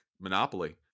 Monopoly